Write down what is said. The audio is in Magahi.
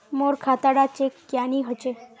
मोर खाता डा चेक क्यानी होचए?